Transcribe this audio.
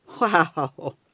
Wow